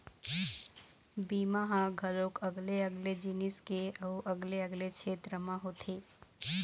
बीमा ह घलोक अलगे अलगे जिनिस के अउ अलगे अलगे छेत्र म होथे